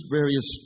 various